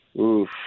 Oof